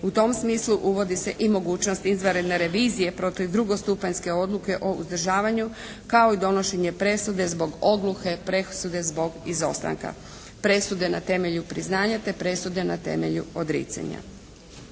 U tom smislu uvodi se i mogućnost izvanredne revizije protiv drugostupanjske odluke o uzdržavanju kao i donošenje presude zbog odluke presude zbog izostanka. Presude na temelju priznanja te presude na temelju odricanja.